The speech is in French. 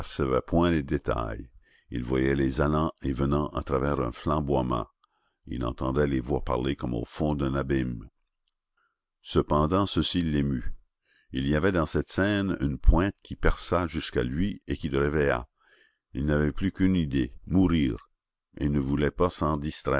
n'apercevait point les détails il voyait les allants et venants à travers un flamboiement il entendait les voix parler comme au fond d'un abîme cependant ceci l'émut il y avait dans cette scène une pointe qui perça jusqu'à lui et qui le réveilla il n'avait plus qu'une idée mourir et il ne voulait pas s'en